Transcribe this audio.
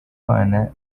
bana